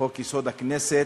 חוק-יסוד: הכנסת,